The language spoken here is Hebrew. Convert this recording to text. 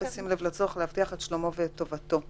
בשים לב לצורך להבטיח את שלומו ואת טובתו של הקטין.